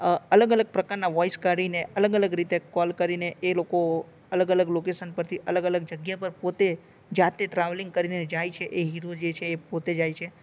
અલગ અલગ પ્રકારના વોઈસ કાઢીને અલગ અલગ રીતે કોલ કરીને એ લોકો અલગ અલગ લોકેશન પરથી અલગ અલગ જગ્યા પર પોતે જાતે ટ્રાવેલિંગ કરીને જાય છે એ હીરો જે છે એ પોતે જાય છે